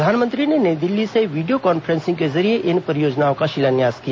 प्रधानमंत्री ने नई दिल्ली से वीडियो कांफ्रेंसिंग के जरिए इन परियोजनाओं का शिलान्यास किया